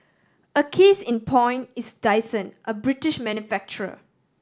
a case in point is Dyson a British manufacturer